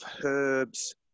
herbs